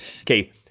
Okay